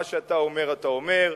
מה שאתה אומר אתה אומר,